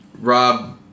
Rob